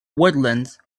woodlands